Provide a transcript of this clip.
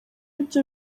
ibyo